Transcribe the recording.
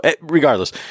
regardless